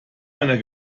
einer